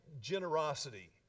generosity